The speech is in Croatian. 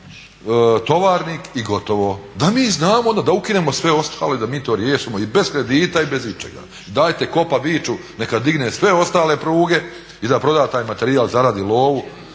Tovarnik i gotovo. Da mi znamo onda da ukinemo sve ostale i da mi to riješimo i bez kredita i bez ičega, dajte Kopa Beachuneka digne sve ostale pruge i da proda taj materijal, zaradi lovu